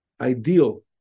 ideal